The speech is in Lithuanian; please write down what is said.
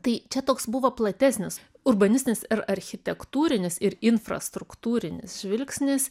tai čia toks buvo platesnis urbanistinis ir architektūrinis ir infrastruktūrinis žvilgsnis